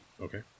okay